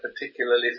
particularly